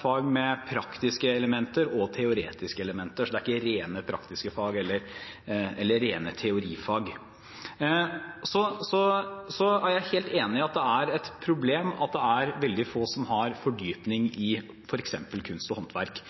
fag med både praktiske elementer og teoretiske elementer, så det er ikke rene praktiske fag eller rene teorifag. Jeg er helt enig i at det er et problem at det er veldig få som har fordypning i f.eks. kunst og håndverk.